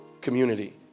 community